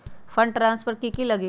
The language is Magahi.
फंड ट्रांसफर कि की लगी?